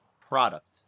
product